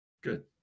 Good